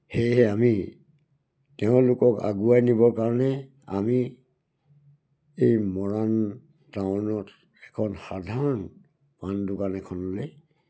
সেয়েহে আমি তেওঁলোকক আগুৱাই নিবৰ কাৰণে আমি এই মৰাণ টাউনত এখন সাধাৰণ পাণ দোকান এখনলৈ